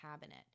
cabinet